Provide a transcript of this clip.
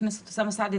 חבר הכנסת אוסאמה סעדי,